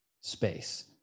space